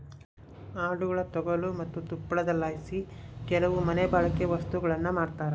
ಆಡುಗುಳ ತೊಗಲು ಮತ್ತೆ ತುಪ್ಪಳದಲಾಸಿ ಕೆಲವು ಮನೆಬಳ್ಕೆ ವಸ್ತುಗುಳ್ನ ಮಾಡ್ತರ